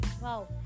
Wow